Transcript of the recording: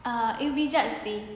ah it will be judge seh